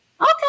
Okay